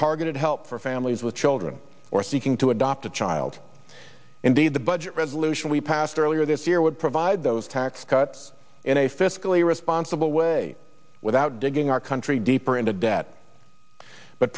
targeted help for families with children or seeking to adopt a child indeed the budget resolution we passed earlier this year would provide those tax cuts in a fiscally responsible way without digging our country deeper into debt but